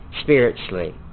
spiritually